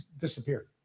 disappeared